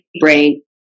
brain